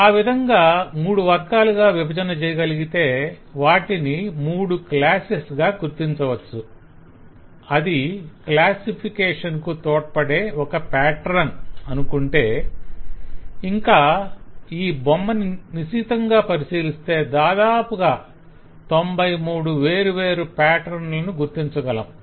ఆ విధంగా మూడు వర్గాలుగా విభజన చేయగలిగితే వాటిని మూడు క్లాసెస్ గా గుర్తించవచ్చు అది క్లాసిఫికేషణ్ కు తోడ్పడే ఒక పేటరన్ అనుకొంటే ఇంకా ఈ బొమ్మని నిశితంగా పరిశీలిస్తే దాదాపుగా 93 వేరు వేరు పేటరన్ లను గుర్తించగలం